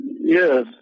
Yes